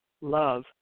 love